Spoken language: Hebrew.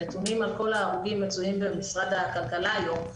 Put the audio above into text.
הנתונים על כל ההרוגים מצויים במשרד הכלכלה היום,